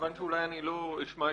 מכיוון שאולי אני לא אשמע תשובתך,